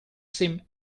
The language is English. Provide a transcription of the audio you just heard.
seem